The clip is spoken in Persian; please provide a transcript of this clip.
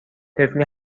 طفلی